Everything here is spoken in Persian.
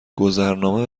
گذرنامه